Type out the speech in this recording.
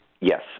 Yes